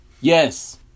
yes